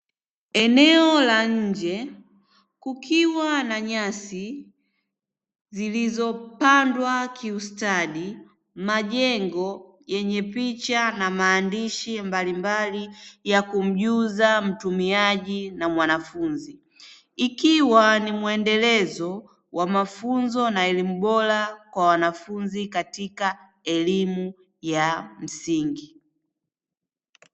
Eneo la nje kukiwa na nyasi zilizopandwa kiustadi majengo yenye picha na maandishi mbalimbali ya kumjuza mtumiaji na mwanafunzi; ikiwa ni muendelezo wa mafunzo na elimu bora kwa wanafunzi katika elimu ya msingi.